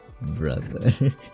brother